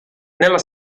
nella